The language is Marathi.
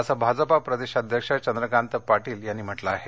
असं भाजपा प्रदेश अध्यक्ष चंद्रकांत पाटील यांनी म्हटलं आहे